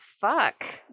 fuck